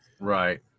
Right